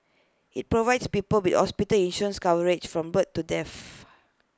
IT provides people with hospital insurance coverage from birth to death